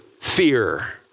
fear